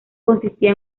consistía